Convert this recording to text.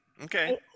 Okay